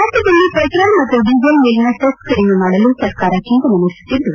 ರಾಜ್ಯದಲ್ಲಿ ಪೆಟ್ರೋಲ್ ಮತ್ತು ಡೀಸೆಲ್ ಮೇಲಿನ ಸೆಸ್ ಕಡಿಮೆ ಮಾಡಲು ಸರ್ಕಾರ ಚಿಂತನೆ ನಡೆಸುತ್ತಿದ್ದು